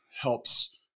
helps